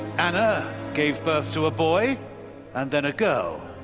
anna gave birth to a boy and then a girl.